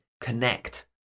connect